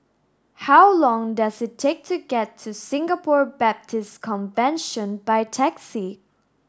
how long does it take to get to Singapore Baptist Convention by taxi